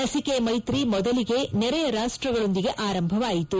ಲಸಿಕೆ ಮೈತ್ರಿ ಮೊದಲಿಗೆ ನೆರೆಯ ರಾಷ್ಸಗಳೊಂದಿಗೆ ಆರಂಭವಾಯಿತು